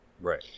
Right